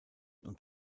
und